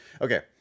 Okay